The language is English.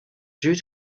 due